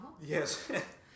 Yes